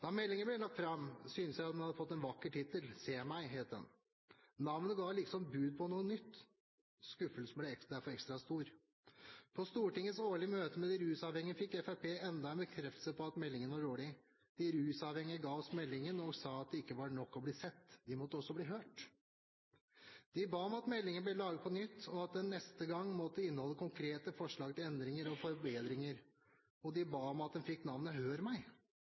Da meldingen ble lagt fram, syntes jeg den hadde fått en vakker tittel – Se meg! Navnet ga liksom bud om noe nytt. Skuffelsen ble derfor ekstra stor. På Stortingets årlige møte med de rusavhengige fikk Fremskrittspartiet enda en bekreftelse på at meldingen var dårlig. De rusavhengige ga oss meldingen og sa at det ikke var nok å bli sett, de måtte også bli hørt. De ba om at meldingen ble laget på nytt, at den neste gang måtte inneholde konkrete forslag til endringer og forbedringer, og de ba om at den fikk navnet «Hør meg!»